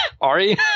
Ari